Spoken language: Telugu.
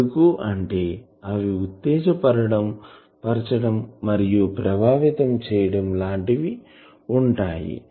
ఎందుకంటే అవి ఉత్తేజపరచడం మరియు ప్రభావితం చేయడం లాంటివి ఉంటాయి